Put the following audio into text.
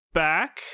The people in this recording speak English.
back